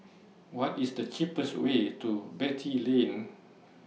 What IS The cheapest Way to Beatty Lane